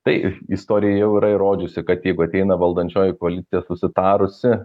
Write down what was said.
tai istorija jau yra įrodžiusi kad jeigu ateina valdančioji koalicija susitarusi